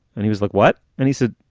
and he was like, what? and he said,